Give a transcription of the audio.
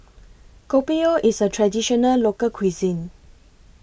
Kopi O IS A Traditional Local Cuisine